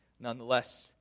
Nonetheless